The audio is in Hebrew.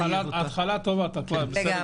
החלטה נכונה.